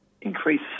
increase